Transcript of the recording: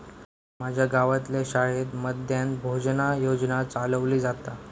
माज्या गावातल्या शाळेत मध्यान्न भोजन योजना चलवली जाता